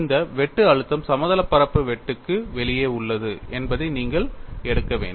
இந்த வெட்டு அழுத்தம் சமதளப் பரப்பு வெட்டுக்கு வெளியே உள்ளது என்பதை நீங்கள் எடுக்க வேண்டும்